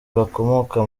bakomoka